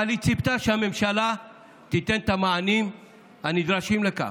אבל היא ציפתה שהממשלה תיתן את המענים הנדרשים לכך.